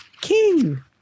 king